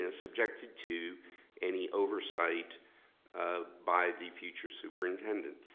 ah subjected to any oversight by the future superintendent.